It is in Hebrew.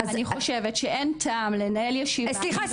אני חושבת שאין טעם לנהל ישיבה --- סליחה.